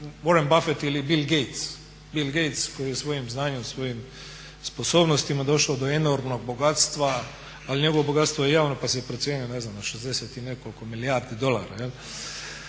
se ne razumije./… Bil Gates koji je svojim znanjem, svojim sposobnostima došao do enormnog bogatstva. Ali njegovo bogatstvo je javno pa se procjenjuje na ne znam na 60 i nekoliko milijardi dolara.